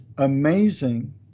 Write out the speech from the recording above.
amazing